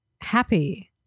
happy